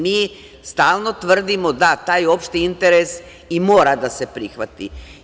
Mi stalno tvrdimo da taj opšti interes i mora da se prihvati.